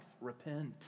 Repent